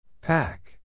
Pack